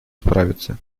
справиться